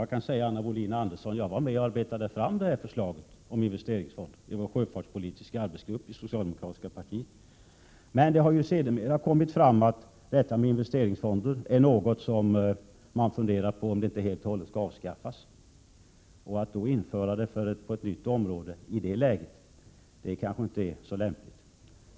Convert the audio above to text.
Jag kan säga Anna Wohlin-Andersson att jag som deltagare i den sjöfartspolitiska arbetsgruppen i det socialdemokratiska partiet var med om att arbeta fram förslaget om investeringsfonder. Men det har ju sedermera kommit fram att investeringsfonder är något som man funderar på att helt och hållet avskaffa. Att i detta läge införa investeringsfonder på ett nytt område är kanske inte då så lämpligt.